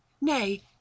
nay